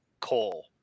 coal